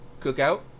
Cookout